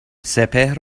سپهر